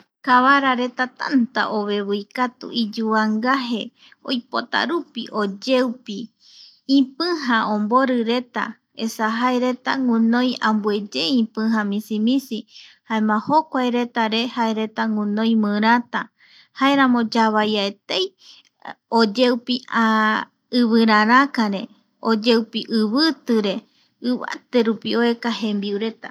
Kavara reta tanta oveii katu iyuvangaje oipotarupi oyeupi, ipija omborireta esa jaereta guinoi vi ambueye ipija misi misi jaema jokuaereta re jaereta guinoi mirata jaeramo yavaia etei oyeupi iviraräre oyeupi ivitire ivaaterupi oeka jembiureta.